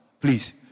Please